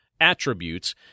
attributes